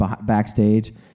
backstage